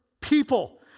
people